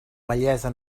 bellesa